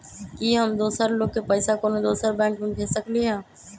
कि हम दोसर लोग के पइसा कोनो दोसर बैंक से भेज सकली ह?